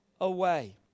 away